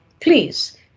please